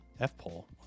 F-pole